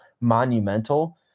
monumental